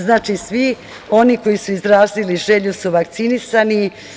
Znači, svi oni koji su izrazili želju su vakcinisani.